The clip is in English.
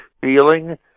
feeling